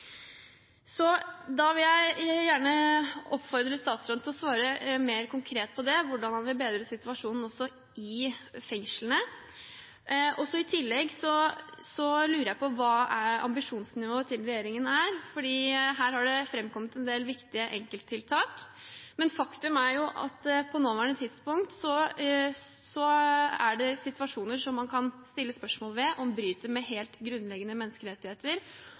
Jeg vil gjerne oppfordre statsråden til å svare mer på konkret på hvordan han vil bedre situasjonen i fengslene. I tillegg lurer jeg på hva ambisjonsnivået til regjeringen er, for det har framkommet en del viktige enkelttiltak, men faktum er jo at det på det nåværende tidspunkt er situasjoner man kan stille spørsmål ved om bryter med helt grunnleggende menneskerettigheter